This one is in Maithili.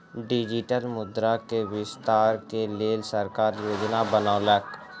डिजिटल मुद्रा के विस्तार के लेल सरकार योजना बनौलक